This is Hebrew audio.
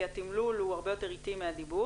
כי התמלול הוא הרבה יותר איטי מהדיבור,